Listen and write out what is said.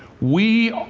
we,